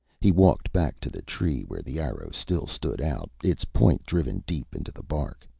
he walked back to the tree where the arrow still stood out, its point driven deep into the bark.